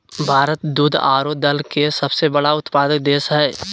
भारत दूध आरो दाल के सबसे बड़ा उत्पादक देश हइ